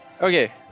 Okay